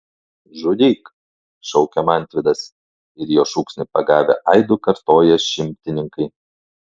žudyk šaukia mantvydas ir jo šūksnį pagavę aidu kartoja šimtininkai